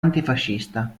antifascista